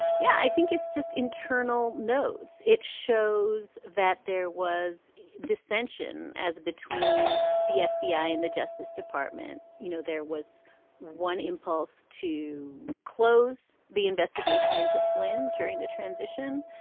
yeah, i think it's just internal notes. it shows that there was dissension as between the fbi and the justice department. you know, there was one impulse to close the investigation into flynn during the transition.